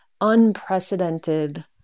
unprecedented